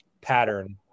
pattern